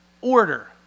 order